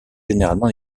généralement